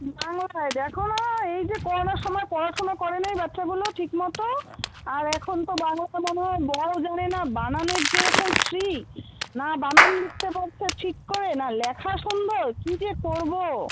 না না দেখো না এই যে করোনার সময় পড়াশোনা করে নাই বাচ্ছাগুলো ঠিক মতো আর এখন তো বাংলাই মনে হয় ব ও জানে না বানানের যেরকম ছিরি না বানান লিখতে পারছে ঠিক করে না লেখা সুন্দর কি যে করবো